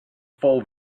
full